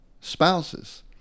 spouses